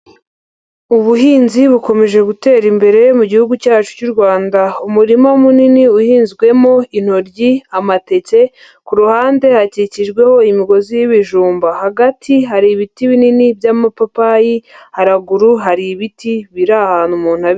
Ubuhinzi bukomeje gutera imbere mu Gihugu cyacu cy'u Rwanda. Umurima munini uhinzwemo intoryi, amateke, ku ruhande hakikijweho imigozi y'ibijumba. Hagati hari ibiti binini by'mapapayi, haraguru hari ibiti biri ahantu mu ntabire.